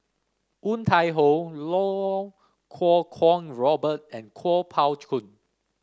Woon Tai Ho Iau Kuo Kwong Robert and Kuo Pao Kun